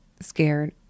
scared